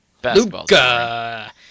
Basketball